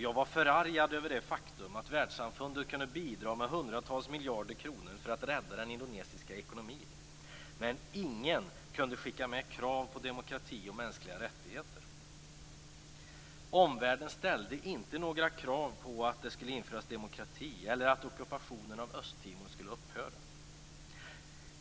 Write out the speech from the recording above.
Jag var förargad över det faktum att världssamfundet kunde bidra med hundratals miljarder kronor för att rädda den indonesiska ekonomin men ingen kunde skicka med krav på demokrati och mänskliga rättigheter. Omvärlden ställde inte några krav på att det skulle införas demokrati eller att ockupationen av Östtimor skulle upphöra.